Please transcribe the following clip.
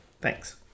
Thanks